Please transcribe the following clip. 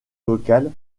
locale